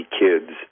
kids